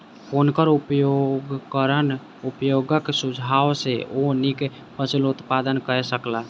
हुनकर उपकरण उपयोगक सुझाव सॅ ओ नीक फसिल उत्पादन कय सकला